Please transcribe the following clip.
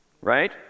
right